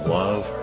love